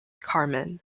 carmen